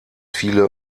viele